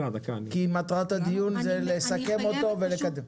כי מטרת הדיון זה לסכם אותו ולקדם.